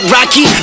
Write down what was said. Rocky